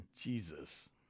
Jesus